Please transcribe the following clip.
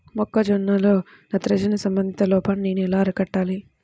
మొక్క జొన్నలో నత్రజని సంబంధిత లోపాన్ని నేను ఎలా అరికట్టాలి?